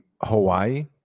Hawaii